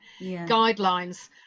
guidelines